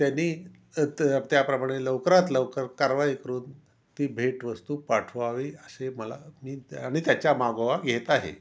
त्यांनी त त्याप्रमाणे लवकरात लवकर कारवाई करून ती भेटवस्तू पाठवावी असे मला मी आणि त्याच्या मागोवा घेत आहे